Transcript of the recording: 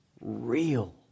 real